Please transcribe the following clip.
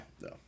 No